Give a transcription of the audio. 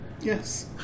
yes